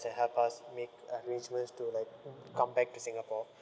and help us make arrangements to like come back to singapore